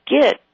get